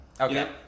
Okay